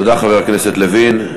תודה לחבר הכנסת לוין.